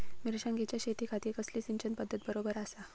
मिर्षागेंच्या शेतीखाती कसली सिंचन पध्दत बरोबर आसा?